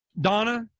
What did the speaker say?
donna